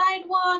sidewalk